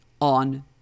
on